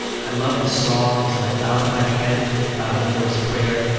i loved the songs. and i bowed my head when there was prayer.